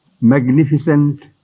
magnificent